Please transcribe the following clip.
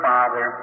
Father